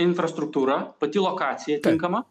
infrastruktūra pati lokacija tinkama